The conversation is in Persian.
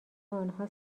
آنها